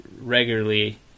regularly